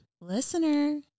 listener